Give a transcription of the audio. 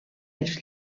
els